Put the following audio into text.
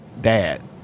dad